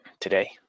today